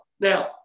Now